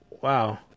Wow